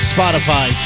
Spotify